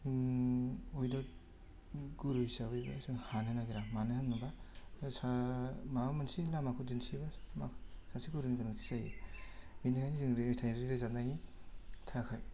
without गुरु हिसाबैबा जों हानो नागेरा मानो होनोबा माबा मोनसे लामाखौ दिन्थियोबा सासे गुरुनि गोनांथि जायो बेनि थाखाय जों मेथाइ रोजाबनायनि थाखाय